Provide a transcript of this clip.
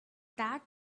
that